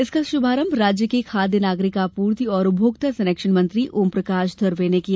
इसका शुभारंभ राज्य के खाद्य नागरिक आपूर्ति और उपभोक्ता संरक्षण मंत्री ओमप्रकाश धुर्वे ने किया